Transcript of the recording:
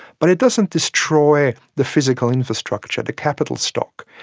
but it doesn't destroy the physical infrastructure, the capital stock.